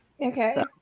Okay